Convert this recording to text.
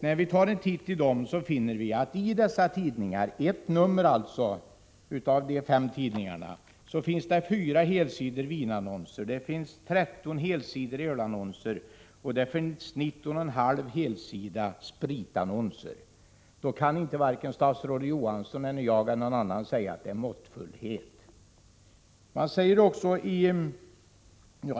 När vi tar en titt i dem, finner vi att i dessa tidningar — ett nummer av var och en av de fem tidningarna — finns det fyra helsidor vinannonser, 13 helsidor ölannonser och 19,5 sidor spritannonser. Då kan varken statsrådet Johansson eller jag eller någon annan säga att det är måttfullt.